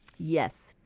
yes.